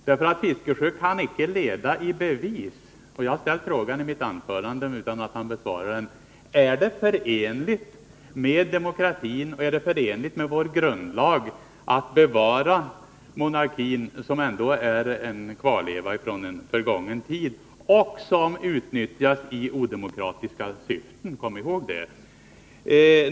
Jag har i mitt anförande ställt följande fråga, som han ännu inte har besvarat: Är det förenligt med demokratin och med vår grundlag att bevara monarkin, som ändå är en kvarleva från en förgången tid — och som utnyttjas i odemokratiska syften?